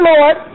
Lord